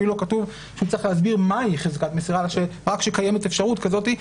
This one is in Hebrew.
אפילו לא כתוב שצריך להסביר מהי חזקת מסירה רק שקיימת אפשרות כזאת.